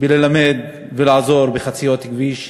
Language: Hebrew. בללמד ולעזור בחציית כביש.